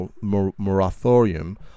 moratorium